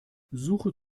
suche